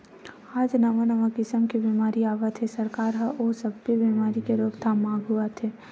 आज नवा नवा किसम के बेमारी आवत हे, सरकार ह ओ सब्बे बेमारी के रोकथाम म आघू आथे